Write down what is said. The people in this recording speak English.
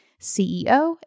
CEO